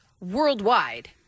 worldwide